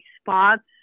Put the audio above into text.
spots